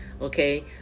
okay